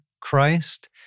Christ